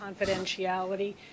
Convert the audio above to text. confidentiality